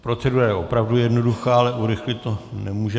Procedura je opravdu jednoduchá, ale urychlit to nemůžeme.